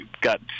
got